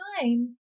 time